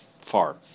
far